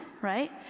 right